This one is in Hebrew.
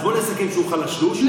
אז נסכם שהוא חלשלוש,